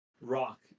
rock